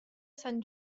sant